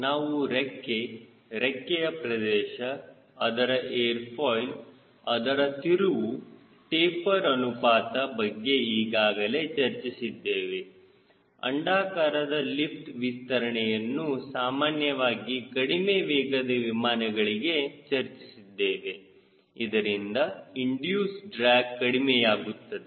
ನಾವು ರೆಕ್ಕೆ ರೆಕ್ಕೆಯ ಪ್ರದೇಶ ಅದರ ಏರ್ ಫಾಯ್ಲ್ ಅದರ ತಿರುವು ಟೆಪರ್ ಅನುಪಾತ ಬಗ್ಗೆ ಈಗಾಗಲೇ ಚರ್ಚಿಸಿದ್ದೇವೆ ಅಂಡಾಕಾರದ ಲಿಫ್ಟ್ ವಿಸ್ತರಣೆಯನ್ನು ಸಾಮಾನ್ಯವಾಗಿ ಕಡಿಮೆ ವೇಗದ ವಿಮಾನಗಳಿಗೆ ಚರ್ಚಿಸಿದ್ದೇವೆ ಇದರಿಂದ ಇಂಡಿಯೂಸ್ ಡ್ರ್ಯಾಗ್ಕಡಿಮೆಯಾಗುತ್ತದೆ